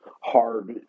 hard